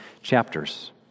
chapters